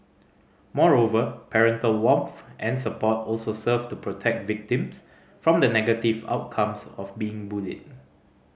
moreover parental warmth and support also serve to protect victims from the negative outcomes of being bullied